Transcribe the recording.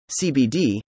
cbd